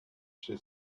she